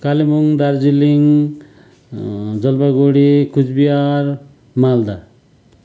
Kalimpong Darjeeling Jalpaiguri Cooch Behar Malda